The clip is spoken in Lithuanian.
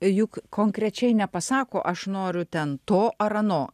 juk konkrečiai nepasako aš noriu ten to ar ano